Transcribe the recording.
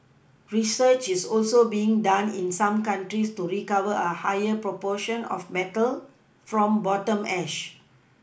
research is also being done in some countries to recover a higher proportion of metal from bottom ash